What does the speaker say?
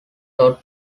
todd